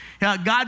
God